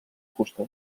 fusta